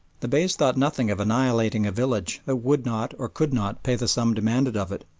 the beys thought nothing of annihilating a village that would not or could not pay the sum demanded of it,